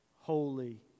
Holy